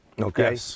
Okay